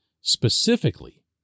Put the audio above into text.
specifically